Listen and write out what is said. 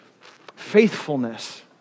faithfulness